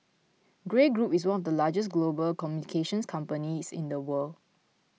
Grey Group is one of the largest global communications companies in the world